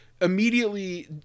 immediately